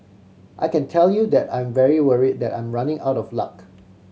I can tell you that I'm very worried that I'm running out of luck